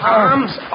arms